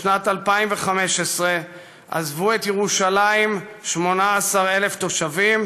בשנת 2015 עזבו את ירושלים 18,000 תושבים,